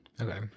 okay